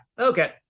Okay